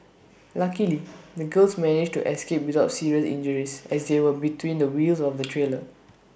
luckily the girls managed to escape without serious injuries as they were between the wheels of the trailer